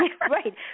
Right